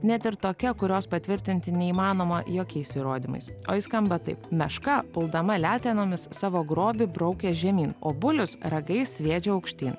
net ir tokia kurios patvirtinti neįmanoma jokiais įrodymais o ji skamba taip meška puldama letenomis savo grobį braukia žemyn o bulius ragais sviedžia aukštyn